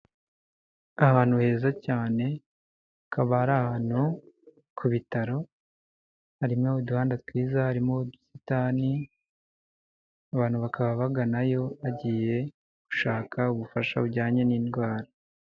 Ahantu heza cyane akaba ari ahantu ku bitaro harimo uduhanda twiza harimo ubusitani abantu bakaba baganayo bagiye gushaka ubufasha bujyanye n'indwara.